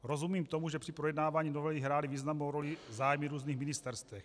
Rozumím tomu, že při projednávání novely hrály významnou roli zájmy různých ministerstev.